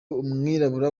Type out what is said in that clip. umwirabura